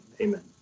Amen